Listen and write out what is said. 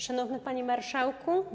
Szanowny Panie Marszałku!